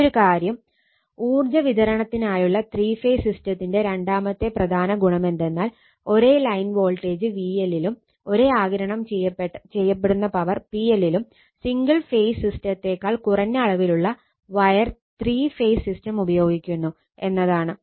മറ്റൊരു കാര്യം ഊർജ്ജ വിതരണത്തിനായുള്ള ത്രീ ഫേസ് സിസ്റ്റത്തിന്റെ രണ്ടാമത്തെ പ്രധാന ഗുണമെന്തെന്നാൽ ഒരേ ലൈൻ വോൾട്ടേജ് VL ലും ഒരേ ആഗിരണം ചെയ്യപ്പെടുന്ന പവർ PL ലും സിംഗിൾ ഫേസ് സിസ്റ്റത്തേക്കാൾ കുറഞ്ഞ അളവിലുള്ള വയർ ത്രീ ഫേസ് സിസ്റ്റം ഉപയോഗിക്കുന്നു എന്നതാണ്